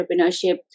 entrepreneurship